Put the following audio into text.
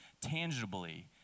tangibly